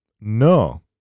no